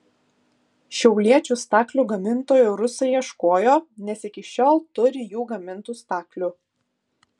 šiauliečių staklių gamintojų rusai ieškojo nes iki šiol turi jų gamintų staklių